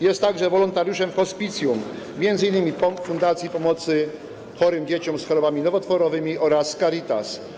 Jest także wolontariuszem w hospicjum, m.in. Fundacji Pomocy Dzieciom z Chorobami Nowotworowymi oraz Caritas.